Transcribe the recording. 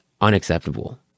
unacceptable